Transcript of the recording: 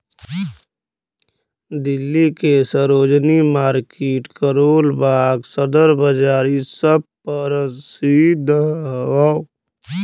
दिल्ली के सरोजिनी मार्किट करोल बाग सदर बाजार इ सब परसिध हौ